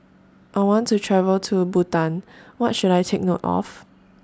I want to travel to Bhutan What should I Take note of